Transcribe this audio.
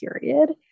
period